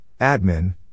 admin